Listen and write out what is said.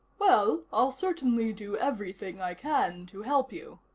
well, i'll certainly do everything i can to help you.